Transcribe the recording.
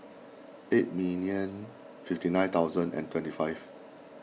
eight million fifty nine thousand and twenty five